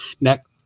next